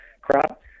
crop